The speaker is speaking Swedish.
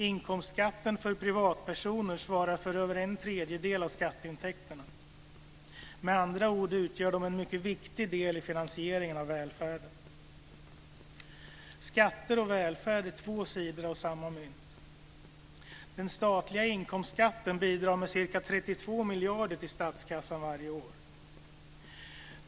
Inkomstskatten för privatpersoner svarar för över en tredjedel av skatteintäkterna. Med andra ord utgör de en mycket viktig del i finansieringen av välfärden. Skatter och välfärd är två sidor av samma mynt. Den statliga inkomstskatten bidrar med ca 32 miljarder till statskassan varje år.